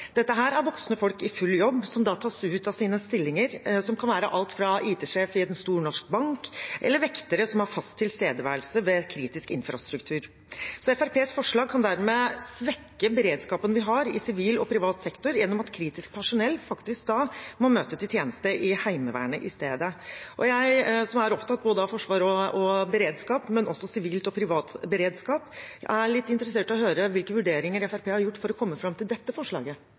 er voksne folk i full jobb som da tas ut av sine stillinger, som kan være alt fra IT-sjef i en stor norsk bank til vektere som har fast tilstedeværelse ved kritisk infrastruktur. Så Fremskrittspartiets forslag kan dermed svekke beredskapen vi har i sivil og privat sektor gjennom at kritisk personell faktisk da må møte til tjeneste i Heimevernet i stedet. Jeg som er opptatt både av forsvar og beredskap, men også av sivilt og privat beredskap, er litt interessert i å høre hvilke vurderinger Fremskrittspartiet har gjort for å komme fram til dette forslaget.